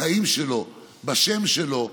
בחיים שלו, בשם שלו.